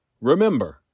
Remember